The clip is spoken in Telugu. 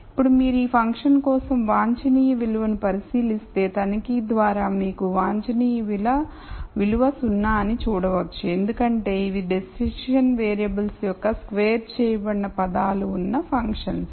ఇప్పుడు మీరు ఈ ఫంక్షన్ కోసం వాంఛనీయ విలువను పరిశీలిస్తే తనిఖీ ద్వారా మీరు వాంఛనీయ విలువ 0 అని చూడవచ్చు ఎందుకంటే ఇవి డెసిషన్ వేరియబుల్స్ యొక్క స్క్వేర్ చేయబడిన పదాలు ఉన్న ఫంక్షన్స్